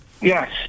Yes